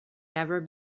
never